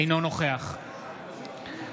אינו נוכח מיכאל